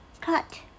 Cut